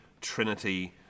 Trinity